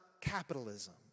capitalism